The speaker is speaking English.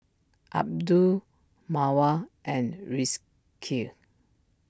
Abdul Mawar and Rizqi